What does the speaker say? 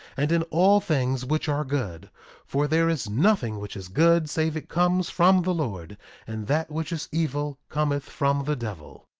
and in all things which are good for there is nothing which is good save it comes from the lord and that which is evil cometh from the devil.